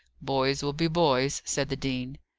boys will be boys, said the dean.